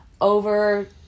over-